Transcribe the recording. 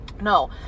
No